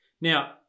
now